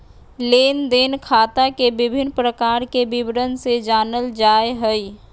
लेन देन खाता के विभिन्न प्रकार के विवरण से जानल जाय हइ